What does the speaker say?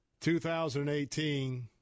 2018